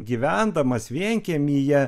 gyvendamas vienkiemyje